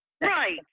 Right